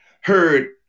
heard